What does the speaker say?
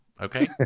Okay